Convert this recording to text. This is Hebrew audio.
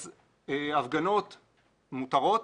אז הפגנות מותרות,